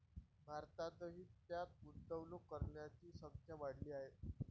भारतातही त्यात गुंतवणूक करणाऱ्यांची संख्या वाढली आहे